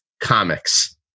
comics